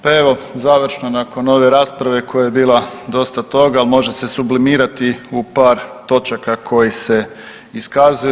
Pa evo završno nakon ove rasprave koja je bila dosta toga, al može se sublimirati u par točaka koje se iskazuju.